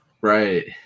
Right